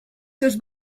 seus